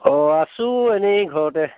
অ' আছোঁ এনেই ঘৰতে